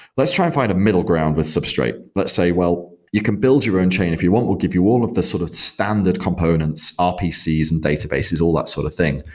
let's try and find a middle ground with substraight. let's say, well, you can build your own chain. if you want, we'll give you all of these sort of standard components, rpcs and databases, all that sort of thing,